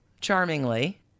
charmingly